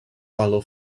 allow